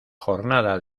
jornada